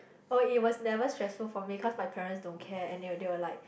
oh it was never stressful for me cause my parents don't care and they were they were like